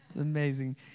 amazing